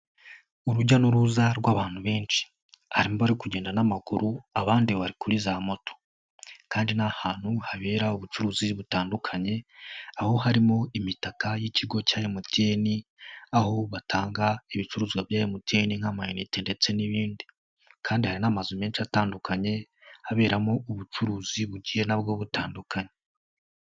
Urujya n'uruza rw'abantu benshi, harimo rwo kugenda n'amaguru, abandi bari kuri za moto kandi n'ahantu habera ubucuruzi butandukanye, aho harimo imitaka y'ikigo cya MTN, aho batanga ibicuruzwa bya MTN nk'amanete ndetse n'ibindi kandi hari n'amazu menshi atandukanye, aberamo ubucuruzi bugiye nabwo butandukanye.